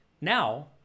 now